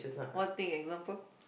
what thing example